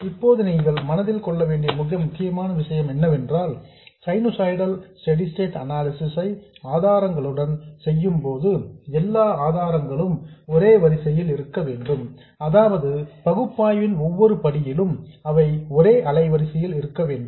இப்போது நீங்கள் மனதில் கொள்ள வேண்டிய மிக முக்கியமான விஷயம் என்னவென்றால் சைனுசாய்டல் ஸ்டெடி ஸ்டேட் அனாலிசிஸ் ஐ ஆதாரங்களுடன் செய்யும்போது எல்லா ஆதாரங்களும் ஒரே அலைவரிசையில் இருக்க வேண்டும் அதாவது பகுப்பாய்வின் ஒவ்வொரு படியிலும் அவை ஒரே அலைவரிசையில் இருக்க வேண்டும்